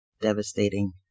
devastating